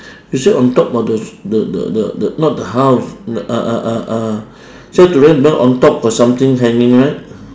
you say on top of the the the the not the house the uh uh uh uh shack to rent that one on top got something hanging right